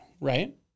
right